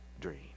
dream